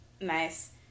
Nice